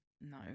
no